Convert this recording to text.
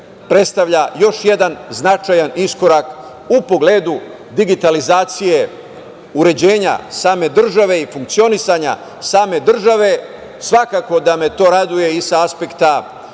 predstavlja još jedan značajan iskorak u pogledu digitalizacije uređenja same države i funkcionisanja same države. Svakako da me to raduje i sa aspekta